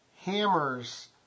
hammers